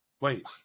Wait